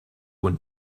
when